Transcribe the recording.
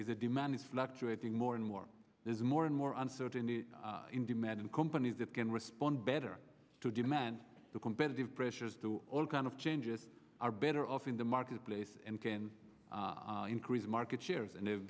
a demand is fluctuating more and more there's more and more uncertainty in demand in companies that can respond better to demand the competitive pressures to all kind of changes are better off in the marketplace and can increase market share and they've